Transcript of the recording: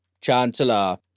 Chancellor